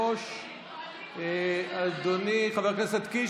3. חבר הכנסת קיש,